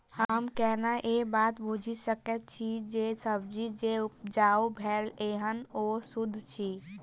हम केना ए बात बुझी सकैत छी जे सब्जी जे उपजाउ भेल एहन ओ सुद्ध अछि?